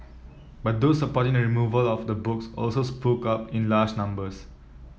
but those supporting the removal of the books also spoke up in large numbers